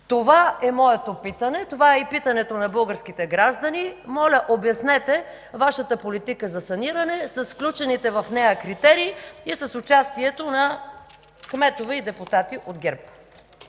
Това е моето питане, това е и питането на българските граждани. Моля, обяснете Вашата политика за саниране с включените в нея критерии и с участието на кметове и депутати от ГЕРБ.